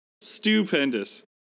Stupendous